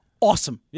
Awesome